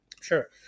Sure